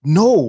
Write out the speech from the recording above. no